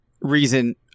reason